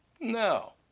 No